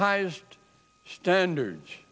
highest standards